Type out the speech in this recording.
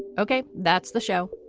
ok. that's the show.